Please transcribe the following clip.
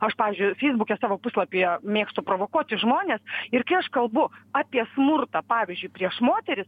aš pavyzdžiui feisbuke savo puslapyje mėgstu provokuoti žmones ir kai aš kalbu apie smurtą pavyzdžiui prieš moteris